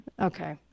Okay